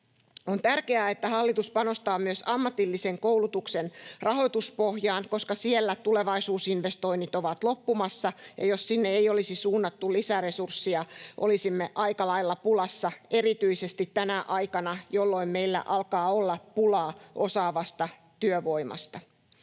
On tärkeää, että hallitus panostaa myös ammatillisen koulutuksen rahoituspohjaan, koska siellä tulevaisuusinvestoinnit ovat loppumassa, ja jos sinne ei olisi suunnattu lisäresurssia, olisimme aikalailla pulassa erityisesti tänä aikana, jolloin meillä alkaa olla pulaa osaavasta työvoimasta.